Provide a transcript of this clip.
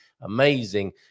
amazing